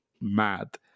mad